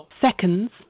seconds